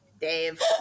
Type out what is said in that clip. Dave